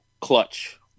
clutch